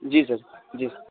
जी sir जी